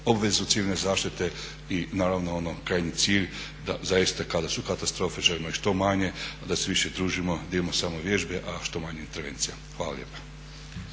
obvezu civilne zaštite i naravno ono krajnji cilj da zaista kada su katastrofe želimo ih što manje, a da se više družimo, da imamo samo vježbe a što manje intervencija. Hvala